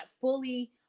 fully